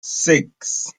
six